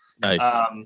Nice